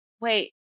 Wait